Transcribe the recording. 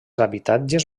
habitatges